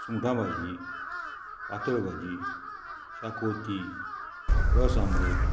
सुंगटां भाजी पातळ भाजी शाकोती रस आमलेट